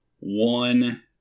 one